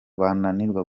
bananirwa